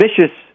vicious